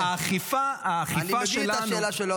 אבל האכיפה שלנו ------ אני מבין את השאלה שלו,